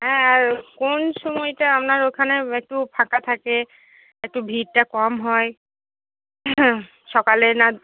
হ্যাঁ আর কোন সময়টা আপনার ওইখানে একটু ফাঁকা থাকে একটু ভিড়টা কম হয় সকালে না